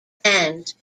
fans